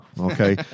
Okay